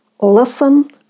listen